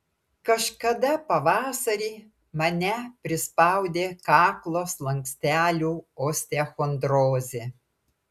kažkada pavasarį mane prispaudė kaklo slankstelių osteochondrozė